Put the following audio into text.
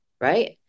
right